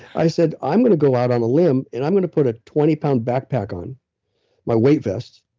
i said, i'm going to go out on a limb and i'm going to put a twenty pound backpack on my weight vests,